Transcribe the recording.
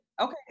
Okay